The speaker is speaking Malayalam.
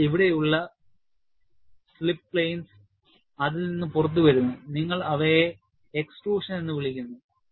അതിനാൽ ഇവിടെയുള്ള സ്ലിപ്പ് വിമാനങ്ങൾ അതിൽ നിന്ന് പുറത്തുവരുന്നു നിങ്ങൾ അവയെ എക്സ്ട്രൂഷൻ എന്ന് വിളിക്കുന്നു